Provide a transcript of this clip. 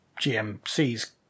GMC's